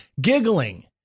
giggling